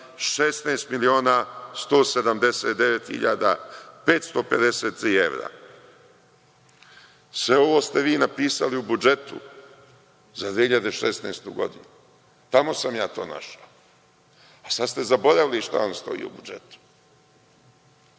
16.179.553 evra. Sve ovo ste vi napisali u budžetu za 2016. godinu, tamo sam ja to našao, a sad ste zaboravili šta vam stoji u budžetu.